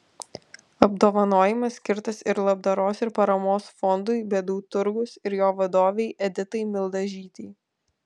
apdovanojimas skirtas ir labdaros ir paramos fondui bėdų turgus ir jo vadovei editai mildažytei